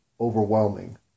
overwhelming